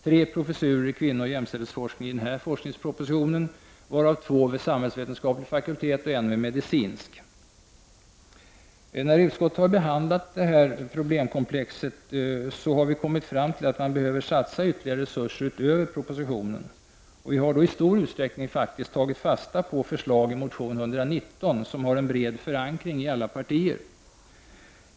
Tre professurer i kvinnooch jämställdhetsforskning föreslås i denna forskningsproposition, varav två vid samhällsvetenskaplig och en vid medicinsk fakultet. Utskottet har vid behandlingen av detta problemkomplex kommit fram till att ytterligare resurser behöver satsas utöver propositionens förslag. Vi har i stor utsträckning tagit fasta på förslagen i motion 119, som har en bred förankring i alla partier.